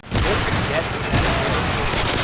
in order to get that bailout money,